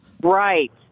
Right